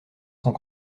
sont